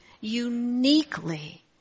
uniquely